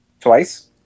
twice